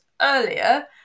earlier